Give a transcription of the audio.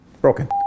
Broken